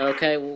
Okay